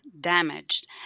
damaged